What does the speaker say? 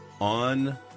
on